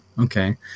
okay